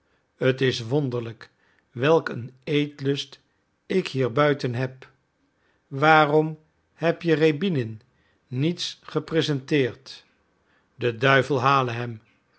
t is verwonderlijk welk een eetlust ik hier buiten heb waarom heb je rjäbinin niets gepresenteerd de duivel hale hem